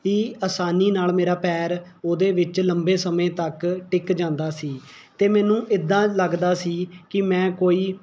ਹੀ ਆਸਾਨੀ ਨਾਲ ਮੇਰਾ ਪੈਰ ਉਹਦੇ ਵਿੱਚ ਲੰਬੇ ਸਮੇਂ ਤੱਕ ਟਿੱਕ ਜਾਂਦਾ ਸੀ ਅਤੇ ਮੈਨੂੰ ਇਦਾਂ ਲੱਗਦਾ ਸੀ ਕਿ ਮੈਂ ਕੋਈ